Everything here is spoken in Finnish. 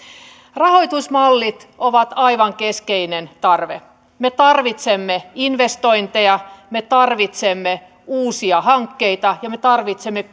rahoitusmallit ovat aivan keskeinen tarve me tarvitsemme investointeja me tarvitsemme uusia hankkeita ja me tarvitsemme